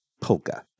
Polka